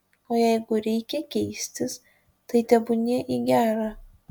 o jeigu reikia keistis tai tebūnie į gera